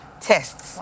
tests